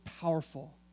powerful